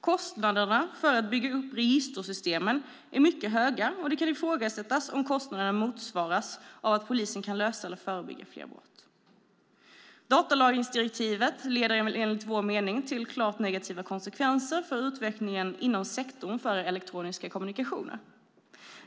Kostnaderna för att bygga upp registersystemen är mycket höga, och det kan ifrågasättas om kostnaderna motsvaras av att polisen kan lösa eller förebygga fler brott. Datalagringsdirektivet leder enligt vår mening till klart negativa konsekvenser för utvecklingen inom sektorn för elektroniska kommunikationer.